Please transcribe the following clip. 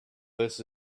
this